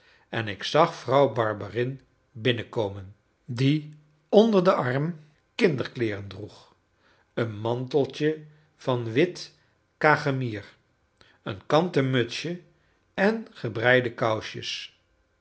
en ik zag vrouw barberin binnenkomen die onder den arm kinderkleeren droeg een manteltje van wit cachemier een kanten mutsje en gebreide kousjes